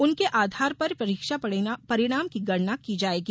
उनके आधार पर परीक्षा परिणाम की गणना की जायेगी